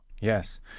Yes